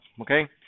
Okay